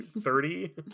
thirty